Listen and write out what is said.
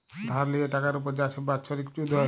ধার লিয়ে টাকার উপর যা ছব বাচ্ছরিক ছুধ হ্যয়